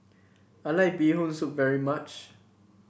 I like Bee Hoon Soup very much